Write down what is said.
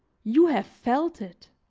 you have felt it.